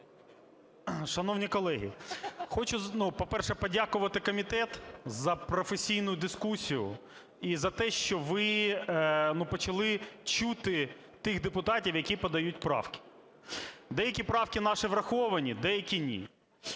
Шановні колеги, хочу, по-перше, подякувати комітет за професійну дискусію і за те, що ви почали чути тих депутатів, які подають правки. Деякі правки наші враховані, деякі ні.